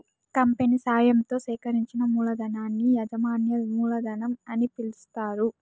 company సాయంతో సేకరించిన మూలధనాన్ని యాజమాన్య మూలధనం అని పిలుస్తారు